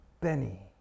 Benny